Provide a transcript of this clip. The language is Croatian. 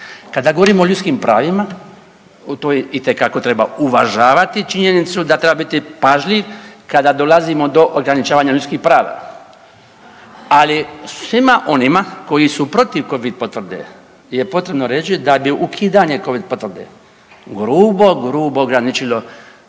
Kada govorimo o ljudskim pravima, to itekako treba uvažavati činjenicu da treba biti pažljiv kada govorimo do ograničavanja ljudskih prava, ali svima onima koji su protiv covid potvrde je potrebno reći da bi ukidanje covid potvrde grubo, grubo ograničilo